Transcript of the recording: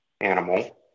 animal